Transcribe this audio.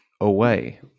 Away